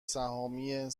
سهامی